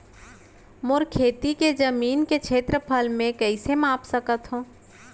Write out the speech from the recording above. मोर खेती के जमीन के क्षेत्रफल मैं कइसे माप सकत हो?